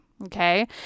Okay